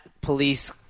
police